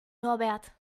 norbert